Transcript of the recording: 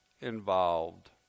involved